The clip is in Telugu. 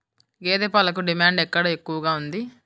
గేదె పాలకు డిమాండ్ ఎక్కడ ఎక్కువగా ఉంది?